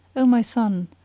o my son,